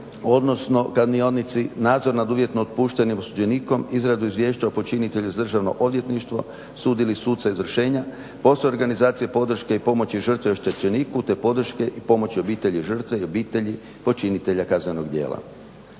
odnosno kaznionici, nadzor nad uvjetno otpuštenim osuđenikom, izradu izvješća o počinitelju … državno odvjetništvo, sud ili suca izvršenja, poslove organizacije podrške i pomoći žrtve oštećeniku te podrške i pomoći obitelji žrtve i obitelji počinitelja kaznenog djela.